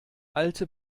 alte